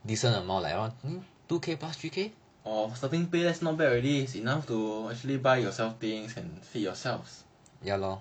orh starting pay is not bad already is enough to actually buy yourself things and feed yourselves